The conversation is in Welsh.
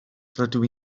rydw